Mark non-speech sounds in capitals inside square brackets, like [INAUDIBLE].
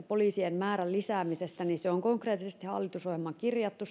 [UNINTELLIGIBLE] poliisien määrän lisäämisestä se on konkreettisesti hallitusohjelmaan kirjattu [UNINTELLIGIBLE]